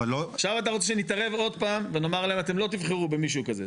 עכשיו אתה רוצה שנתערב עוד פעם ונאמר להם אתם לא תבחרו במישהו כזה.